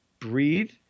Breathe